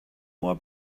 more